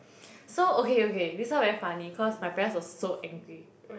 so okay okay this one very funny cause my parents was so angry